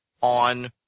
on